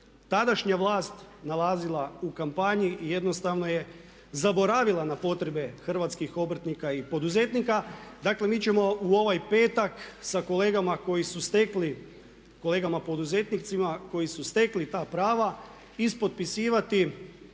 tadašnja vlast nalazila u kampanji i jednostavno je zaboravila na potrebe Hrvatskih obrtnika i poduzetnika. Dakle, mi ćemo u ovaj petak sa kolegama koji su stekli, kolegama poduzetnicima koji su stekli ta prava ispotpisivati